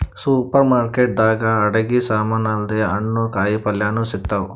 super market ದಾಗ್ ಅಡಗಿ ಸಮಾನ್ ಅಲ್ದೆ ಹಣ್ಣ್ ಕಾಯಿಪಲ್ಯನು ಸಿಗ್ತಾವ್